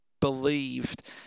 Believed